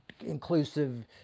inclusive